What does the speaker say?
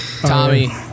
Tommy